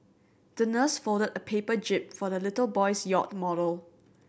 the nurse folded a paper jib for the little boy's yacht model